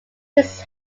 its